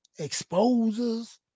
exposers